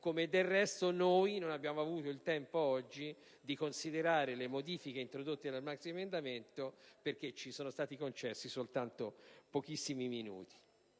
come del resto noi non abbiamo avuto il tempo oggi di considerare le modifiche introdotte dal maxiemendamento perché ci sono stati concessi soltanto pochissimi minuti.